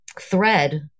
thread